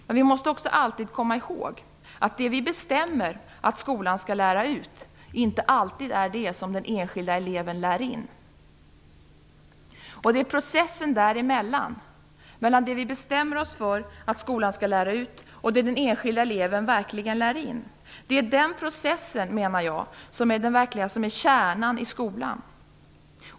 Men vi måste alltid komma ihåg att det vi bestämmer att skolan skall lära ut inte alltid är det som den enskilda eleven lär in. Det är processen däremellan - mellan det vi bestämmer oss för att skolan skall lära ut och det den enskilda eleven verkligen lär in - som är kärnan i skolan.